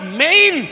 main